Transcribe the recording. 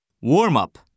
Warm-up